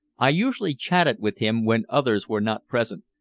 i usually chatted with him when others were not present,